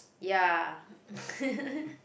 ya